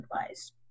advice